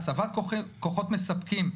הצבת כוחות מספקים".